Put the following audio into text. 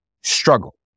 Struggle